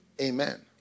Amen